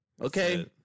Okay